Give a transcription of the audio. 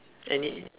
any